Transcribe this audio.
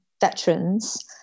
veterans